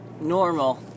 normal